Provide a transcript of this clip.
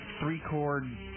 three-chord